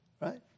right